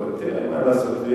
מה לעשות,